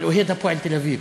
אבל אוהד "הפועל תל-אביב"